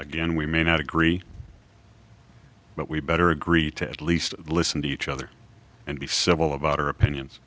again we may not agree but we better agree to at least listen to each other and be civil about our opinions